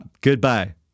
Goodbye